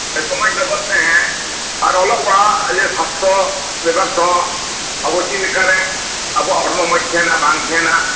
ᱟᱨ ᱥᱚᱢᱟᱡ ᱵᱟᱵᱚᱫ ᱛᱮ ᱟᱨ ᱚᱞᱚᱜ ᱯᱟᱲᱦᱟᱜ ᱤᱭᱟᱹ ᱥᱟᱥᱛᱷᱚ ᱵᱤᱵᱷᱟᱜ ᱛᱮᱦᱚ ᱟᱵᱚ ᱪᱮᱫ ᱞᱮᱠᱟᱨᱮ ᱟᱵᱚᱣᱟᱜ ᱦᱚᱲᱢᱚ ᱢᱚᱸᱡᱽ ᱛᱟᱦᱮᱱᱟ ᱵᱟᱝ ᱛᱟᱦᱮᱱᱟ